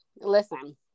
listen